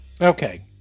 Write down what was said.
okay